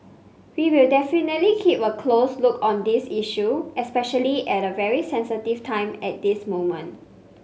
we will definitely keep a close look on this issue especially at a very sensitive time at this moment